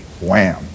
wham